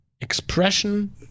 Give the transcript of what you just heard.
expression